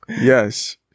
Yes